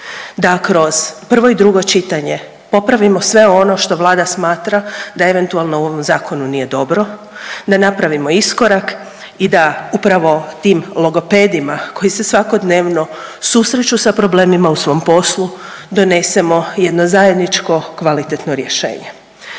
Da kroz prvo i drugo čitanje popravimo sve ono što Vlada smatra da eventualno u ovom zakonu nije dobro. Da napravimo iskorak i da upravo tim logopedima koji se svakodnevno susreću sa problemima u svom poslu donesemo jedno zajedničko kvalitetno rješenje.